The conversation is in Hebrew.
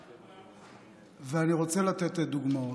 ואני רוצה לתת דוגמאות.